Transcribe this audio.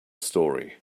story